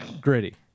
gritty